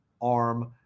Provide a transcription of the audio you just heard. arm